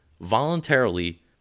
voluntarily